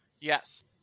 Yes